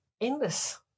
endless